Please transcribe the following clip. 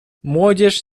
młodzież